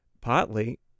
partly